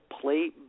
play